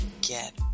Get